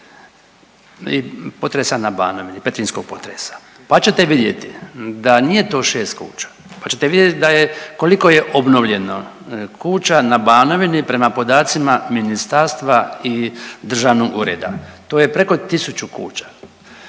i potresa na Banovini, Petrinjskog potresa pa ćete vidjeti da nije to šest kuća, pa ćete vidjeti koliko je obnovljeno kuća na Banovini prema podacima ministarstva i državnog ureda. To je preko 1000 kuća.